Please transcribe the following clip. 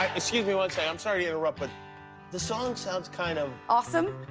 excuse me, one second. i'm sorry to interrupt, but the song sounds kind of awesome?